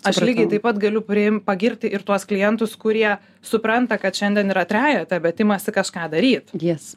aš lygiai taip pat galiu priim pagirti ir tuos klientus kurie supranta kad šiandien yra trejete bet imasi kažką daryt